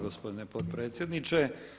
gospodine potpredsjedniče.